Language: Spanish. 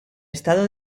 estado